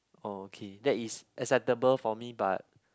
oh okay that is acceptable for me but